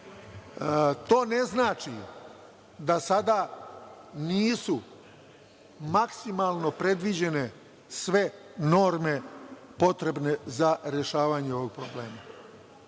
ne znači da sada nisu maksimalno predviđene sve norme potrebne za rešavanje ovog problema,